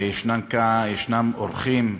ויש אורחים.